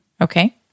Okay